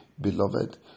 beloved